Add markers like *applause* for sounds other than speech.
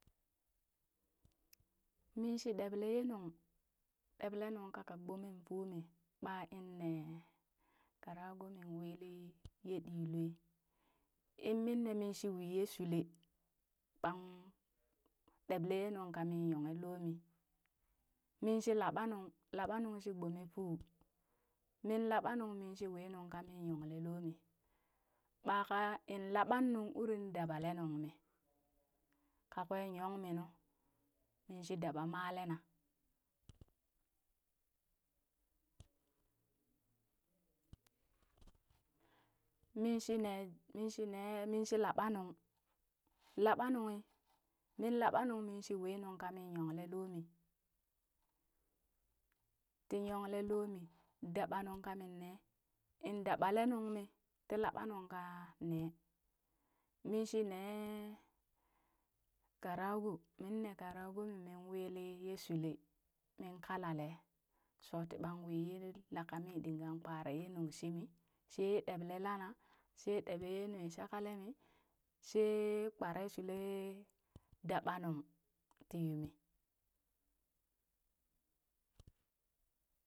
*noise* Minshi deble yee nuŋ nung kaka gbomem fuu mii ɓaa in nee karagoo mii willi yee ɗi lue in minne min shi wii yee shule ɓan ɗeble yee nunka mii nyongle loomi min shii laɓanung, laaɓanung shi gbomefuu, min laɓanung minshi wii nunka mii nyongle loo mii, ɓaka in laɓanung wurin dabale nuŋ mii, ka kwee yokminu min shi daba malena. *noise* Min shi nee min shiinee min shi laɓanung laɓanunghi min laɓanunghi min shi winung kami nyongle loomii, tii nyonglee loomii daba nunka min nee in dabale nung mii tii laɓanungkan ne, min shii nee karago min nee karagoomi min wili yee shulee min kalale shooti ɓang wii ye laka mi ɗingan kpare yee nuŋ shiimi shee yee ɗeɓle lana shee ɗeɓe yee nui shakalemi shee kparee shule dabanung tii yuumii.